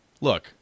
Look